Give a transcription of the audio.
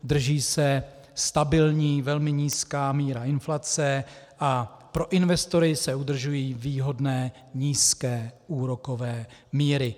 Drží se stabilní velmi nízká míra inflace a pro investory se udržují výhodné nízké úrokové míry.